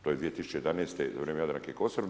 To je 2011. za vrijeme Jadranke Kosor.